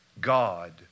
God